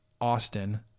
Austin